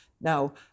now